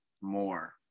more